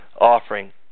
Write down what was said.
offering